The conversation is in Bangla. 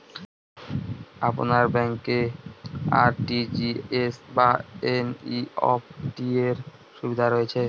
আপনার ব্যাংকে আর.টি.জি.এস বা এন.ই.এফ.টি র সুবিধা রয়েছে?